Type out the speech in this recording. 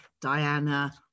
Diana